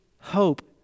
hope